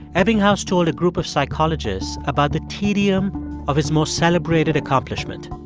ebbinghaus told a group of psychologists about the tedium of his most celebrated accomplishment